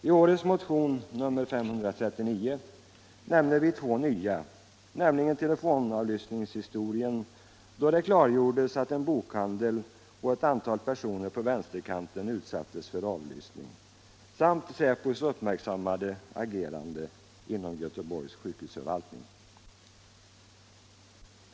I årets motion nr 539 nämner vi två nya händelser, nämligen = Anslag till polisvätelefonavlyssningshistorien, då det klargjordes att en bokhandel och ett — sendet antal personer på vänsterkanten utsatts för avlyssning, samt säpos uppmärksammade agerande inom Göteborgs sjukhusförvaltning.